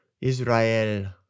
Israel